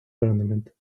tournament